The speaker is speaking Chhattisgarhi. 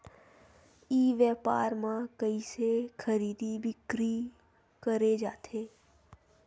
ई व्यापार म कइसे खरीदी बिक्री करे जाथे?